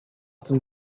tym